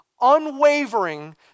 unwavering